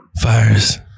fires